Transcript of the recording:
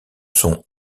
sont